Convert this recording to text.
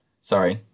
sorry